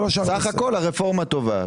בסך הכול הרפורמה טובה.